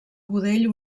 budell